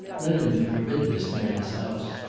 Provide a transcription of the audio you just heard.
led him to forbid this man his house.